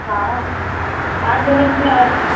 हा आदर्श